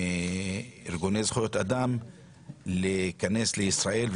מארגוני זכויות אדם להיכנס לישראל .